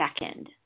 second